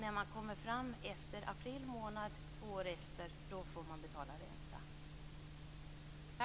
I april månad två år senare får man betala ränta.